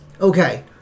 okay